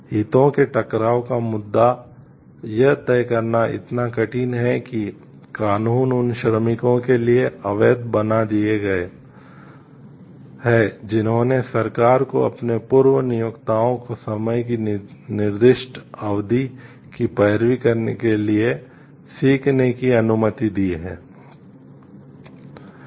हितों के टकराव का मुद्दा यह तय करना इतना कठिन है कि कानून उन श्रमिकों के लिए अवैध बना दिए गए हैं जिन्होंने सरकार को अपने पूर्व नियोक्ताओं को समय की निर्दिष्ट अवधि की पैरवी करने के लिए सीखने की अनुमति दी है